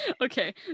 okay